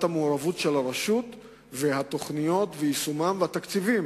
המעורבות של הרשות והתוכניות ויישומן והתקציבים